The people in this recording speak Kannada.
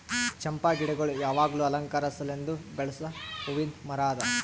ಚಂಪಾ ಗಿಡಗೊಳ್ ಯಾವಾಗ್ಲೂ ಅಲಂಕಾರ ಸಲೆಂದ್ ಬೆಳಸ್ ಹೂವಿಂದ್ ಮರ ಅದಾ